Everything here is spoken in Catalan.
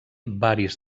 varis